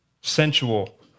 sensual